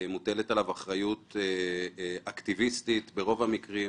- מוטלת עליו אחריות אקטיביסטית ברוב המקרים.